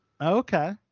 Okay